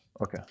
Okay